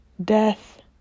death